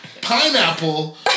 pineapple